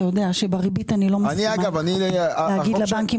בריבית אני לא מסכימה לומר לבנקים